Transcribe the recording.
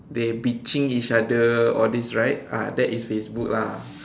they bitching each other all these right ah that is Facebook lah